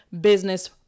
business